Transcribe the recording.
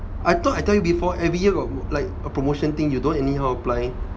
I thought I tell you before every year got like a promotion thing you don't anyhow apply